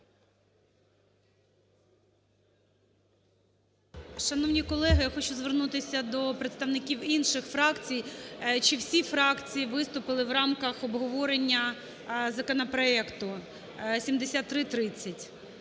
Шановні колеги, я хочу звернутися до представників інших фракцій. Чи всі фракції виступили в рамках обговорення законопроекту 7330